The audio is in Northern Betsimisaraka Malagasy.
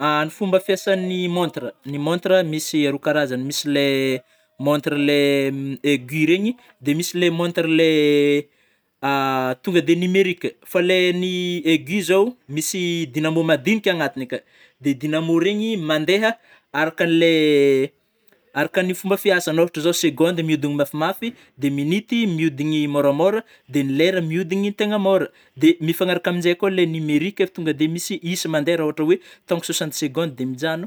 Ny fomba fiasany montra, ny montra misy roa karazany, misy le montra le aiguille regny de misy le a tonga de numerika fa le ny aiguille zao misy dynamo madinika agantiny aka, de dynamo regny mandeha arakanle arkany fomba fiasany, ôhatra zao segondy miodigny mafimafy de minuty mihodigny môramôra de ny lera miodigny tegna môra de mifagnaraka anzay koa le numeriky ef tonga de misy isa mandeha rah ôhatra oe tonga soixante segonde de mijagno.